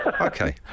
Okay